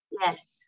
Yes